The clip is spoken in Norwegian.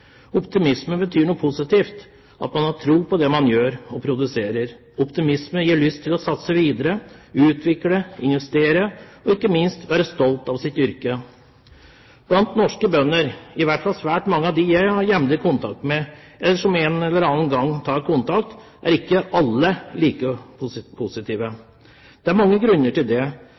Optimisme betyr noe positivt, at man har tro på det man gjør og produserer. Optimisme gir lyst til å satse videre, utvikle, investere og gjør ikke minst at man er stolt av sitt yrke. Blant norske bønder, i hvert fall svært mange av dem jeg har jevnlig kontakt med, eller som en eller annen gang tar kontakt, er ikke alle like positive. Det er mange grunner til det,